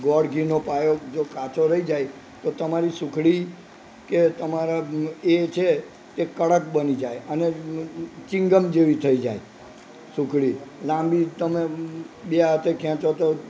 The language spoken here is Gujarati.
ગોળ ઘીનો પાયો જો કાચો રહી જાય તો તમારી સુખડી કે તમારા એ છે તે કડક બની જાય અને ચિંગમ જેવી થઈ જાય સુખડી લાંબી તમે બે હાથે ખેંચો તો